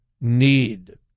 need